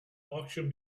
auction